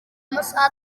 amasaha